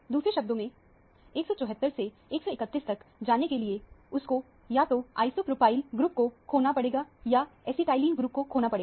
दूसरे शब्दों में 174 से 131 तक जाने के लिए उसको या तो आइसो प्रोपाइल ग्रुपको खोना पड़ेगा या ऐसीटाइलीन ग्रुप को खोना पड़ेगा